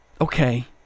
Okay